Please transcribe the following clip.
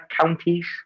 counties